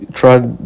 tried